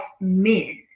men